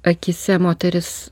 akyse moteris